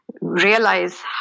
realize